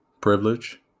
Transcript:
privilege